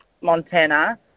Montana